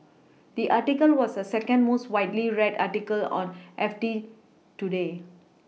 the article was a second most widely read article on F T today